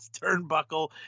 turnbuckle